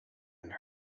and